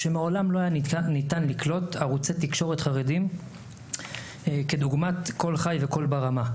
שמעולם לא היה ניתן לקלוט ערוצי תקשורת חרדיים כדוגמת קול חי וקול ברמה,